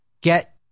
get